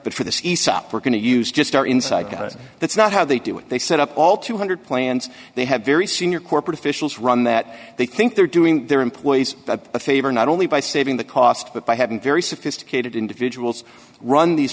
aesop we're going to use just our inside guys that's not how they do it they set up all two hundred plans they have very senior corporate officials run that they think they're doing their employees a favor not only by saving the cost but by having very sophisticated individuals run these